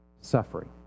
suffering